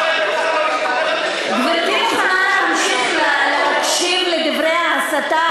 גברתי מוכנה להמשיך להקשיב לדברי ההסתה